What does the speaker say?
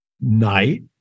night